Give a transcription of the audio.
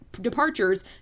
Departures